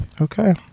Okay